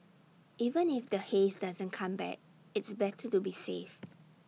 even if the haze doesn't come back it's better to be safe